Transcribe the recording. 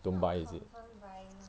don't buy is it